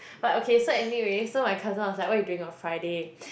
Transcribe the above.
but okay so anyway so my cousin was like what you doing on Friday